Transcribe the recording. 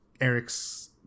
eric's